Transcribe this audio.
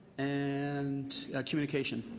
and communication.